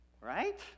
right